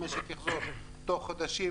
אפילו אם המשק יחזור תוך חודשים.